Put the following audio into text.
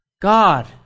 God